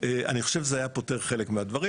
אני חושב שזה היה פותר חלק מהדברים.